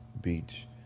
beach